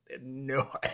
no